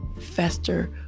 fester